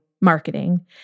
marketing